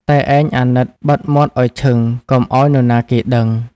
តែឯងអាណិតបិទមាត់ឱ្យឈឹង កុំឱ្យនរណាគេដឹង